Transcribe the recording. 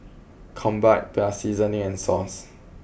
combined plus seasoning and sauce